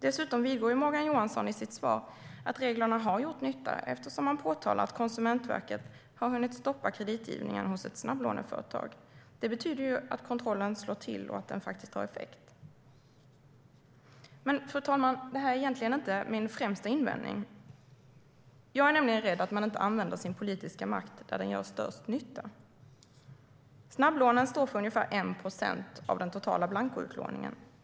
Dessutom vidgår Morgan Johansson i sitt svar att reglerna har gjort nytta eftersom han påpekar att Konsumentverket har hunnit stoppa kreditgivningen hos ett snabblåneföretag. Det betyder ju att kontrollen slår till och att den faktiskt har effekt. Fru talman! Detta är egentligen inte min främsta invändning. Jag är nämligen rädd att man inte använder sin politiska makt där den gör störst nytta. Snabblånen står för ungefär 1 procent av den totala blankoutlåningen.